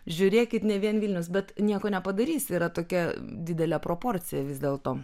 žiūrėkit ne vien vilnius bet nieko nepadarysi yra tokia didelė proporcija vis dėlto